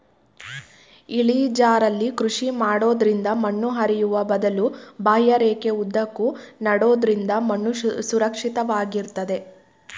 ಇಳಿಜಾರಲ್ಲಿ ಕೃಷಿ ಮಾಡೋದ್ರಿಂದ ಮಣ್ಣು ಹರಿಯುವ ಬದಲು ಬಾಹ್ಯರೇಖೆ ಉದ್ದಕ್ಕೂ ನೆಡೋದ್ರಿಂದ ಮಣ್ಣು ಸುರಕ್ಷಿತ ವಾಗಿರ್ತದೆ